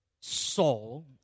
Saul